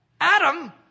Adam